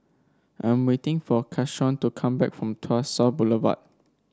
I'm waiting for Keshaun to come back from Tuas South Boulevard